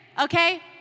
okay